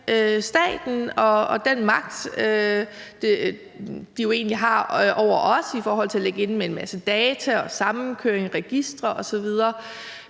staten og den magt, den jo egentlig har over os i forhold til at ligge inde med en masse data og sammenkøring af registre osv.